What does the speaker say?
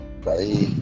Bye